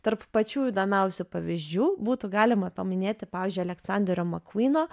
tarp pačių įdomiausių pavyzdžių būtų galima paminėti pavyzdžiui aleksanderio makvyno